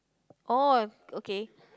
or okay